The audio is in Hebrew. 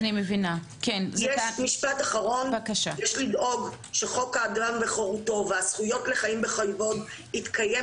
יש לדאוג שחוק האדם וחירותו והזכויות לחיים בכבוד יתקיים